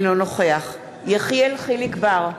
אינו נוכח יחיאל חיליק בר,